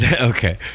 Okay